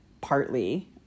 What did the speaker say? partly